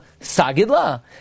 sagidla